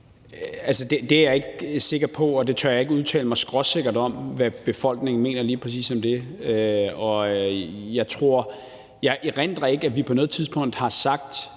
Det er jeg ikke sikker på, og jeg tør ikke udtale mig skråsikkert om, hvad befolkningen mener lige præcis om det. Jeg erindrer ikke, at vi på noget tidspunkt,